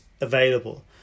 available